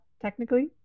technically